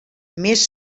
més